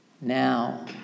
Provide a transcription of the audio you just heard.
Now